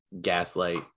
gaslight